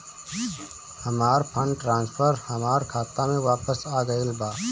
हमर fund transfer हमर खाता में वापस आ गईल बा